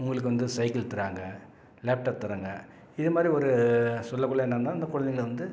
உங்களுக்கு வந்து சைக்கிள் தராங்க லேப்டாப் தராங்க இதுமாதிரி ஒரு சொல்லக்குள்ள என்னான்னால் அந்த குழந்தைங்கள வந்து